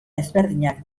ezberdinak